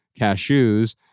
cashews